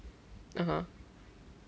a'ah